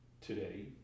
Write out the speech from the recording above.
Today